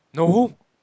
no